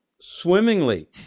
swimmingly